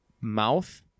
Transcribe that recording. mouth